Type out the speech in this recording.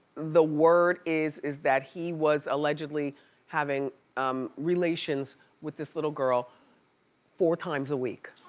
the word is is that he was allegedly having um relations with this little girl four times a week.